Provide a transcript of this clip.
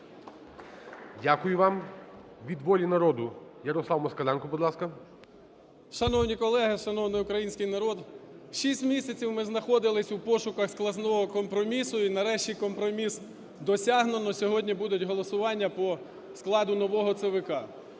Дякую вам. Від "Волі народу" Ярослав Москаленко, будь ласка. 16:53:53 МОСКАЛЕНКО Я.М. Шановні колеги, шановний український народ! Шість місяців ми знаходились у пошуках складного компромісу, і нарешті компроміс досягнуто – сьогодні будуть голосування по складу нового ЦВК.